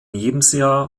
lebensjahr